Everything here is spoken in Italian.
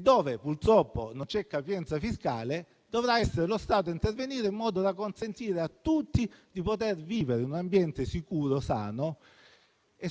Dove purtroppo non c'è capienza fiscale, dovrà essere lo Stato ad intervenire, in modo da consentire a tutti di poter vivere in un ambiente sicuro e sano.